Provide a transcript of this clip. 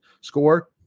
score